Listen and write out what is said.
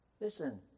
listen